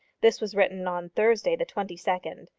this was written on thursday the twenty second.